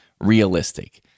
realistic